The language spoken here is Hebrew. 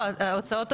יש עוד נתונים.